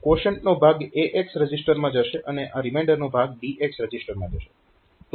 ક્વોશન્ટનો ભાગ AX રજીસ્ટરમાં જશે અને આ રીમાઈન્ડરનો ભાગ DX રજીસ્ટરમાં જશે